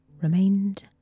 remained